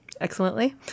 Excellently